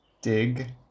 Dig